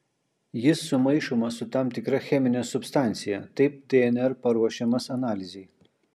jis sumaišomas su tam tikra chemine substancija taip dnr paruošiamas analizei